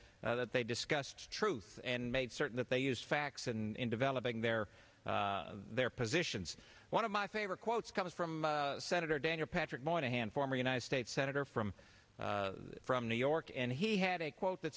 that they discussed truth and made certain that they use facts in developing their their positions one of my favorite quotes comes from senator daniel patrick moynihan former united states senator from from new york and he had a quote that